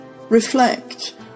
Reflect